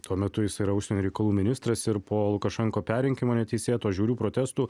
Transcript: tuo metu jis yra užsienio reikalų ministras ir po lukašenko perrinkimo neteisėto žiaurių protestų